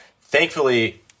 thankfully